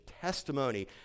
testimony